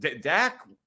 Dak